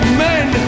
Amen